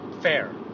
Fair